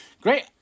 great